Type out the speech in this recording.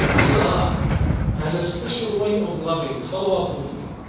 allah has a special way of loving. follow up with me.